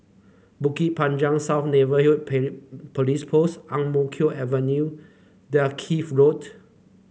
Bukit Panjang South Neighbourhood Police Post Ang Mo Kio Avenue Dalkeith Road